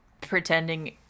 pretending